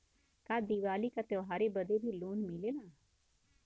का दिवाली का त्योहारी बदे भी लोन मिलेला?